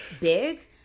big